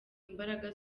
imbaraga